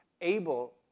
able